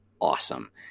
awesome